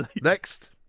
Next